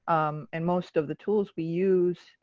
um and most of the tools we use,